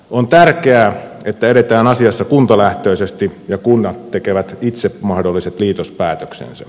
on tärkeää että edetään asiassa kuntalähtöisesti ja kunnat tekevät itse mahdolliset liitospäätöksensä